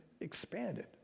expanded